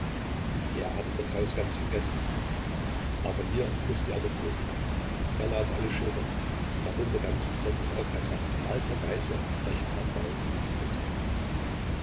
er hatte das haus ganz vergessen aber hier mußte er doch wohnen er las alle schilder darunter ganz besonders aufmerksam walter geißler rechtsanwalt und notar